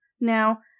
Now